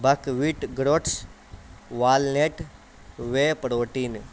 باک wait groats walnut whey protein